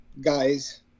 guys